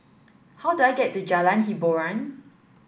how do I get to Jalan Hiboran